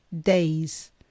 days